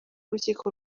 urukiko